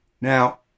Now